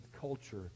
culture